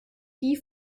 die